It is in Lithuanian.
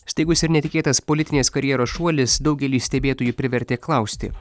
staigus ir netikėtas politinės karjeros šuolis daugelį stebėtojų privertė klausti